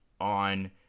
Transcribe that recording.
on